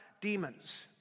demons